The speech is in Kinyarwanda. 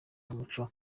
n’umuco